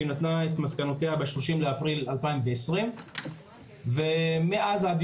שנתנה את מסקנותיה בשלושים לאפריל 2020. ומאז עד